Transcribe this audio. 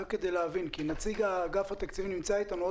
נציג אגף התקציבים נמצא איתנו ועוד